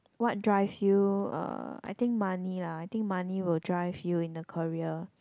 what drives you uh I think money lah I think money will drive you in a career